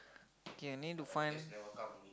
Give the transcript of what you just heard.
K I need to find